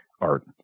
art